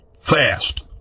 Fast